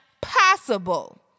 possible